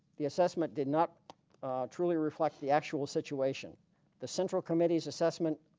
the assessment did not truly reflect the actual situation the central committee's assessment